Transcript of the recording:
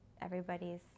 everybody's